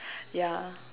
yeah